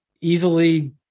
easily